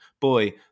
Boy